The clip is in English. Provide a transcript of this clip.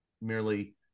merely